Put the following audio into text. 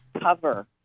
cover